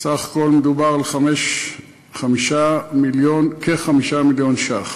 סך הכול מדובר על כ-5 מיליון שקל.